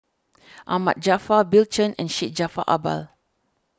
Ahmad Jaafar Bill Chen and Syed Jaafar Albar